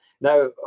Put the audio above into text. Now